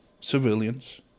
civilians